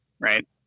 right